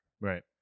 Right